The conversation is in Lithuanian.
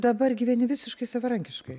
dabar gyveni visiškai savarankiškai